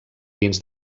dins